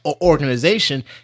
organization